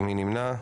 מי נמנע?